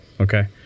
Okay